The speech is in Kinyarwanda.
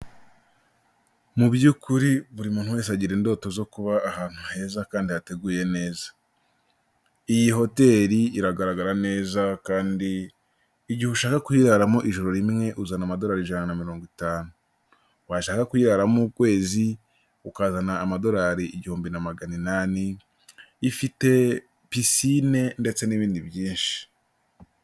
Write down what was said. Mu by'ukuri buri muntu wese agira indoto zo kuba ahantu heza kandi hateguye neza. Iyi hoteli iragaragara neza kandi igihe ushaka kuyiraramo ijoro rimwe uzana amadolari ijana na mirongo itanu, washaka kuyiyaramo ukwezi ukazana amadolari igihumbi na magana inani. Ifite pisine ndetse n'ibindi byinshi.